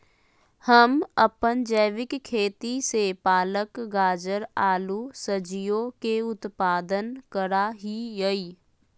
हम अपन जैविक खेती से पालक, गाजर, आलू सजियों के उत्पादन करा हियई